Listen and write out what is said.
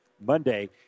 Monday